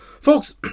Folks